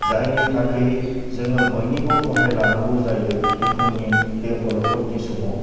जायनि थाखै जोङो बयनिबो हहाय लानांगौ जायो दुखुनि बे अलखदनि समाव